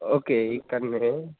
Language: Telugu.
ఓకే ఇక్కడ ఉన్నారా